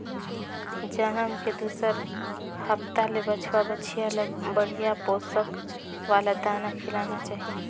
जनम के दूसर हप्ता ले बछवा, बछिया ल बड़िहा पोसक वाला दाना खिलाना चाही